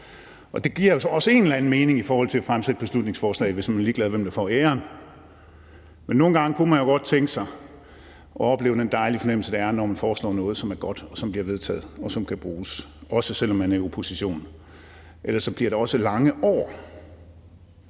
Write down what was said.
Det giver jo også en eller anden mening i forhold til at fremsætte beslutningsforslag, hvis man er ligeglad med, hvem der får æren. Men nogle gange kunne man jo godt tænke sig at opleve den dejlige fornemmelse, det er, når man foreslår noget, som er godt, og som bliver vedtaget, og som kan bruges, også selv om man er i opposition. Ellers bliver det også lange år.